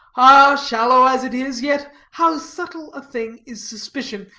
ah, shallow as it is, yet, how subtle a thing is suspicion,